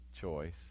choice